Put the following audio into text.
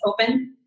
open